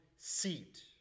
Seat